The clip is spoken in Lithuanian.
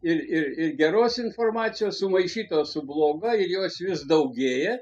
ir ir ir geros informacijos sumaišytos su blogu ir jos vis daugėja